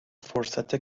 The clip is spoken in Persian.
فرصت